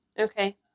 Okay